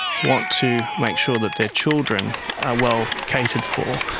want to make sure that their children are well catered for,